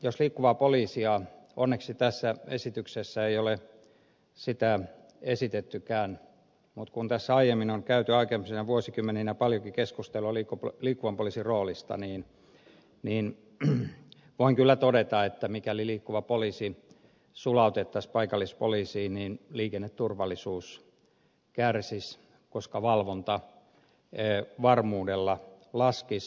jos liikkuva poliisi sulautettaisiin paikallispoliisiin onneksi tässä esityksessä ei ole sitä esitettykään mutta kun tässä aiemmin on käyty aikaisempina vuosikymmeninä paljonkin keskustelua liikkuvan poliisin roolista niin voin kyllä todeta että mikäli liikkuva poliisi sulautettaisiin paikallispoliisiinen liikenneturvallisuus kärsisi koska valvonta varmuudella laskisi